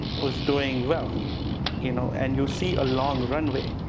was doing well you know and you see a long runway,